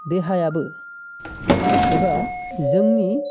देहायाबो एबा जोंनि